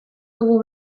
dugu